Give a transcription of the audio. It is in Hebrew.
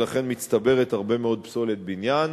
מצטברת הרבה מאוד פסולת בניין,